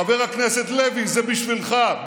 חבר הכנסת לוי, זה בשבילך.